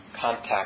contact